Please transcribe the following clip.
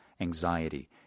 anxiety